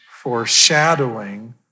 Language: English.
foreshadowing